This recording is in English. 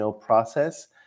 process